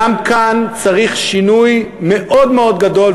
גם כאן צריך שינוי מאוד מאוד גדול,